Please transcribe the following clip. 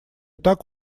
так